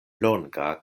longa